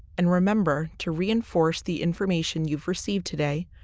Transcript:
and remember, to reinforce the information you've received today,